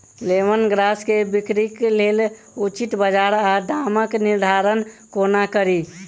Lemon grass केँ बिक्रीक लेल उचित बजार आ दामक निर्धारण कोना कड़ी?